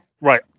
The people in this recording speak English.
Right